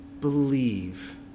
believe